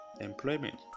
employment